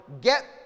get